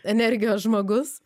energijos žmogus